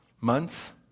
months